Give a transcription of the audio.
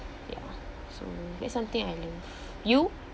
ya so that's something I love you